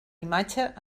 imatge